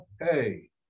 hey